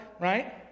right